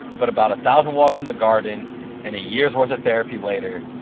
but about a thousand walks in the garden and a year's worth of therapy later,